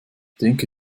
denke